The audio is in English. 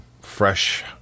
fresh